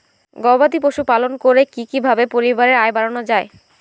গবাদি পশু পালন করে কি কিভাবে পরিবারের আয় বাড়ানো যায়?